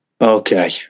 Okay